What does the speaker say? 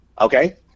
okay